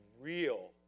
real